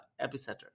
Epicenter